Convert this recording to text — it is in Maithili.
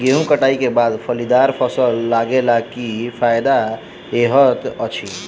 गेंहूँ कटाई केँ बाद फलीदार फसल लगेला सँ की फायदा हएत अछि?